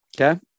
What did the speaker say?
Okay